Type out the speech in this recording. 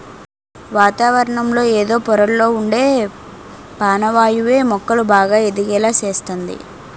వాతావరణంలో ఎదో పొరల్లొ ఉండే పానవాయువే మొక్కలు బాగా ఎదిగేలా సేస్తంది